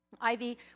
Ivy